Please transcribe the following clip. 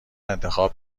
انتخاب